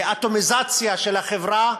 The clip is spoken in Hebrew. ואטומיזציה של החברה,